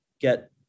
get